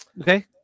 Okay